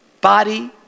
body